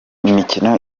imikino